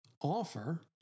offer